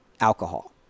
alcohol